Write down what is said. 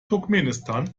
turkmenistan